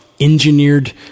Engineered